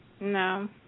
No